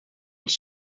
was